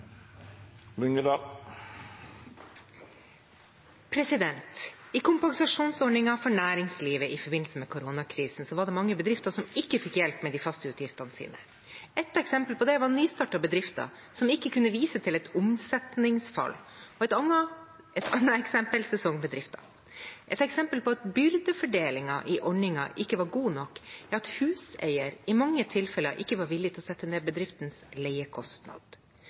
forbindelse med koronakrisen var det mange bedrifter som ikke fikk hjelp med de faste utgiftene sine. Et eksempel på dette var nystartede bedrifter som ikke kunne vise til omsetningsfall og et annet sesongbedrifter. Et eksempel på at byrdefordelingen i ordningen ikke var god nok, er at huseier i mange tilfeller ikke var villig til å sette ned bedriftens leiekostnad.